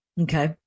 Okay